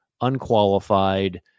unqualified